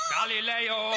Galileo